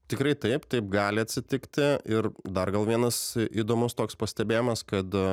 tikrai taip taip gali atsitikti ir dar gal vienas įdomus toks pastebėjimas kad